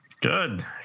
Good